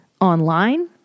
online